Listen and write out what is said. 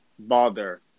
bother